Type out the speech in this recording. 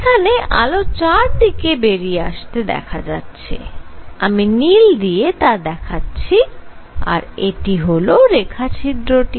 এখানে আলো চার দিকে বেরিয়ে আসতে দেখা যাচ্ছে আমি নীল দিয়ে তা দেখাচ্ছি আর এটি হল রেখাছিদ্রটি